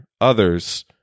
others